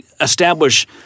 establish –